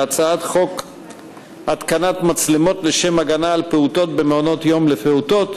בהצעת חוק התקנת מצלמות לשם הגנה על פעוטות במעונות יום לפעוטות,